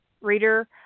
reader